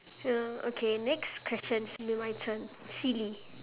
ya okay next question is my turn silly